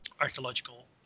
archaeological